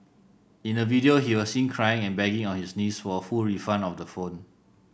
in a video he was seen crying and begging on his knees for a full refund of the phone